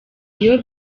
iyo